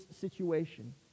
situation